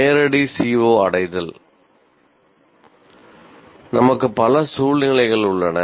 நேரடி CO அடைதல் நமக்கு பல சூழ்நிலைகள் உள்ளன